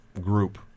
group